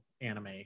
anime